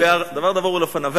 "דבר דבור על אפניו".